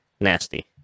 Nasty